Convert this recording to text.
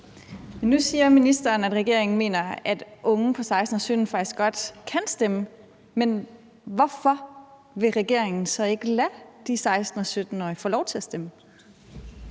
Nu siger ministeren, at regeringen mener, at unge på 16 år og 17 år faktisk godt kan stemme, men hvorfor vil regeringen så ikke give de 16-årige og 17-årige lov til at stemme?